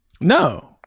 No